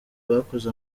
bakoze